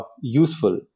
useful